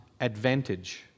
advantage